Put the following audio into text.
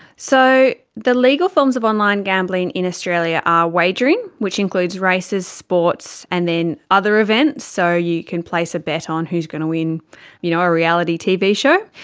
so the legal forms of online gambling in australia are wagering, which includes races, sports, and then other events, so you can place a bet on who's going to win you know a reality tv show,